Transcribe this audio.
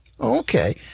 Okay